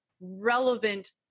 relevant